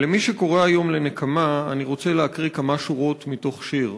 ולמי שקורא היום לנקמה אני רוצה להקריא כמה שורות מתוך שיר